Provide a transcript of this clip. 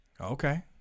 Okay